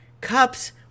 cups